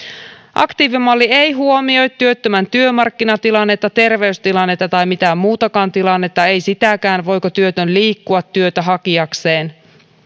aktiivimalli ei huomioi työttömän työmarkkinatilannetta terveystilannetta tai mitään muutakaan tilannetta ei sitäkään voiko työtön liikkua työtä hakeakseen